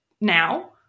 now